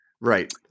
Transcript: right